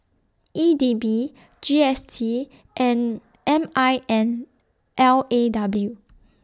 E D B G S T and M I N L A W